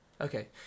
Okay